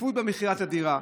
שקיפות במכירת הדירה,